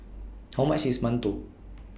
How much IS mantou